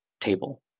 table